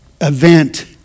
event